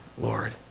Lord